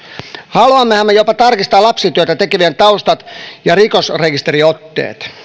haluammehan me jopa tarkistaa lapsityötä tekevien taustat ja rikosrekisteriotteet